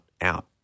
out